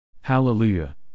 Hallelujah